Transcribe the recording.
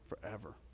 forever